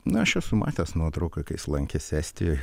na aš esu matęs nuotrauką kai jis lankėsi estijoj